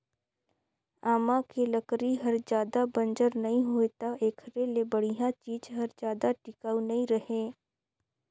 आमा के लकरी हर जादा बंजर नइ होय त एखरे ले बड़िहा चीज हर जादा टिकाऊ नइ रहें